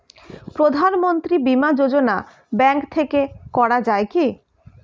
প্রধানমন্ত্রী বিমা যোজনা ব্যাংক থেকে করা যায় কি?